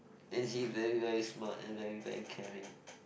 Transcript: and she is very very smart and very very caring